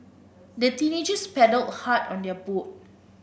the teenagers paddled hard on their boat